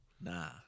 nah